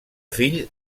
fill